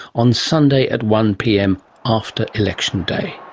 on sunday at one pm after election day